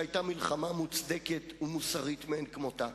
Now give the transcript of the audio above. שהיתה מלחמה מוצדקת ומוסרית מאין כמותה.